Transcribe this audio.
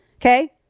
okay